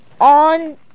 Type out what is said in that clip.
on